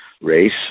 race